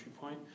point